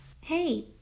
Hey